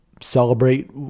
celebrate